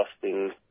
costing